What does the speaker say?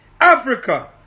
Africa